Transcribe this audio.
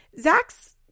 Zach's